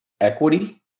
equity